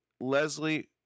Leslie